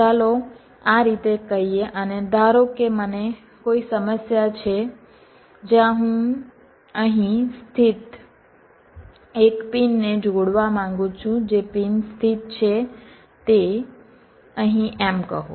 ચાલો આ રીતે કહીએ અને ધારો કે મને કોઈ સમસ્યા છે જ્યાં હું અહીં સ્થિત એક પિનને જોડવા માંગું છું જે પિન સ્થિત છે તે અહીં એમ કહો